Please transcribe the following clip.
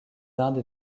indes